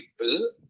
people